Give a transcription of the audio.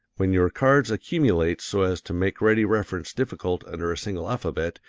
when your cards accumulate so as to make ready reference difficult under a single alphabet,